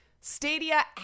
Stadia